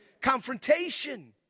Confrontation